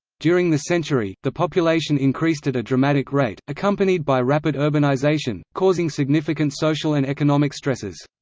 during the century, the population increased at a dramatic rate, accompanied by rapid urbanisation, causing significant social and economic stresses.